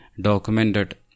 documented